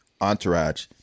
entourage